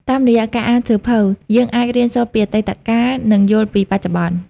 តាមរយៈការអានសៀវភៅ យើងអាច រៀនសូត្រពីអតីតកាល និងយល់ពីបច្ចុប្បន្ន។